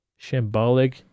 shambolic